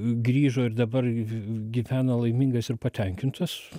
grįžo ir dabar gyvena laimingas ir patenkintas